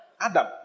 Adam